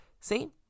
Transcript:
see